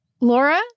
Laura